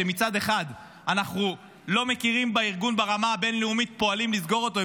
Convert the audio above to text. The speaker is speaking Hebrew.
שמצד אחד אנחנו לא מכירים בארגון ברמה הבין-לאומית ופועלים לסגור אותו,